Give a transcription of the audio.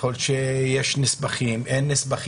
יכול להיות שיש מסמכים או אין מסמכים.